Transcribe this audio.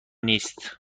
نیست